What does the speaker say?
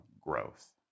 growth